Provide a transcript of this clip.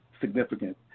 significant